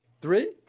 Three